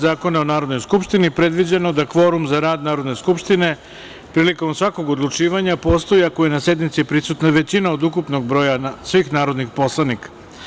Zakona o Narodnoj skupštini predviđeno da kvorum za rad Narodne skupštine prilikom svakog odlučivanja postoji ako je na sednici prisutna većina od ukupnog broja svih narodnih poslanika.